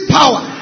power